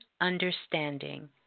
understanding